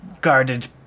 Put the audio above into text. Guarded